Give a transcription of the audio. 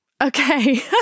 Okay